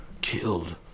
killed